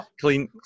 clean